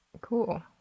Cool